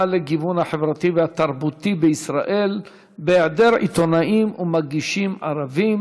לגיוון החברתי והתרבותי בישראל בהיעדר עיתונאים ומגישים ערבים,